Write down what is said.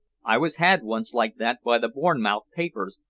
i was had once like that by the bournemouth papers,